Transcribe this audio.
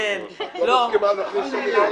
את לא מוכנה להכניס את